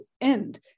end